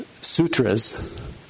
sutras